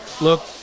look